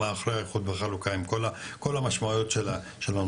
עם אחרי איחוד וחלוקה וכל המשמעויות של הנושא.